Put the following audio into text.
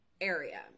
area